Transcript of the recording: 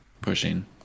pushing